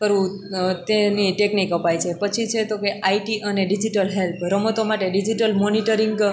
કરવું તેની ટેકનિક અપાય છે પછી છે તો કે આઇટી અને ડિજિટલ હેલ્થ રમતો માટે ડિજિટલ મોનીટરીંગ